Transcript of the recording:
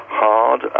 hard